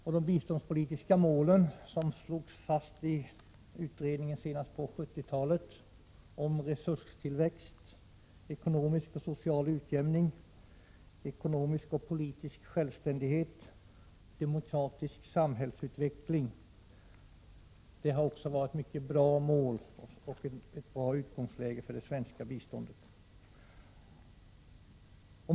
Också de biståndspolitiska mål som senast slogs fast i en utredning på 70-talet och som gällde resurstillväxt, ekonomisk och social utjämning, ekonomisk och politisk självständighet samt demokratisk samhällsutveckling har varit mycket bra och har givit ett gott utgångsläge för det svenska biståndet.